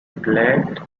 glad